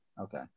Okay